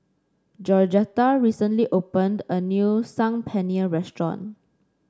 Georgetta recently opened a new Saag Paneer Restaurant